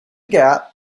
gap